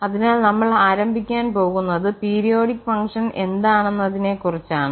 അതിനാൽ നമ്മൾ ആരംഭിക്കാൻ പോകുന്നത് പീരിയോഡിക് ഫങ്ക്ഷൻ എന്താണെന്നതിനെകുറിച്ചാണ്